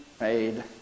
made